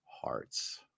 hearts